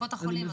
קופות החולים.